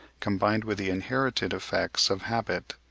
combined with the inherited effects of habit,